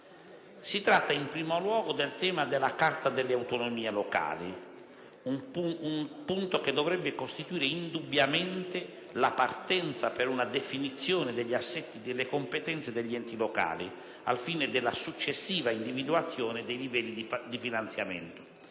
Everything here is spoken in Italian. Si tratta, in primo luogo, del tema della Carta delle autonomie locali, un punto che dovrebbe costituire indubbiamente la partenza per una definizione degli assetti delle competenze degli enti locali, al fine della successiva individuazione dei livelli di finanziamento.